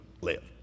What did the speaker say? live